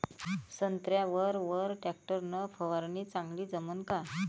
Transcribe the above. संत्र्यावर वर टॅक्टर न फवारनी चांगली जमन का?